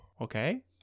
okay